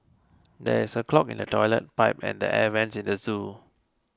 there is a clog in the Toilet Pipe and the Air Vents in the zoo